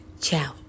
Ciao